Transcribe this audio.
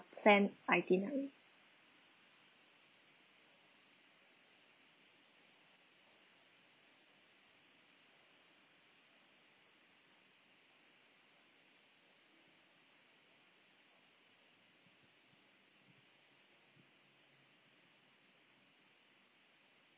planned itinerary